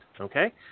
Okay